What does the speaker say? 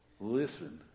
listen